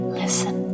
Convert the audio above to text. listen